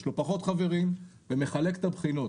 יש לו פחות חברים ומחלק את הבחינות,